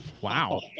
Wow